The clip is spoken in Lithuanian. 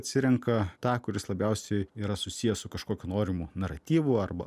atsirenka tą kuris labiausiai yra susijęs su kažkokiu norimu naratyvu arba